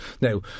Now